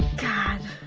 god.